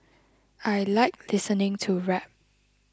I like listening to rap